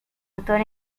actor